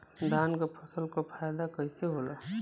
धान क फसल क फायदा कईसे होला?